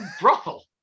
brothel